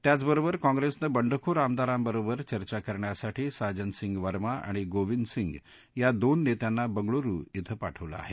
त्याचबरोबर काँप्रेसनं बंडखोर आमदारांबरोबर चर्चा करण्यासाठी साजन सिंग वर्मा आणि गोविंद सिंग या दोन नेत्यांना बंगळुरु धिं पाठवलं आहे